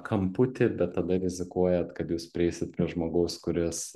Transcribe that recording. kamputy bet tada rizikuojat kad jūs prieisit prie žmogaus kuris